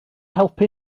helpu